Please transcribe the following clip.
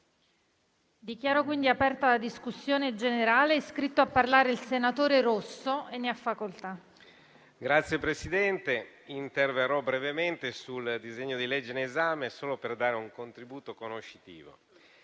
Signor Presidente, interverrò brevemente sul disegno di legge in esame solo per dare un contributo conoscitivo.